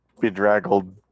bedraggled